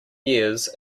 years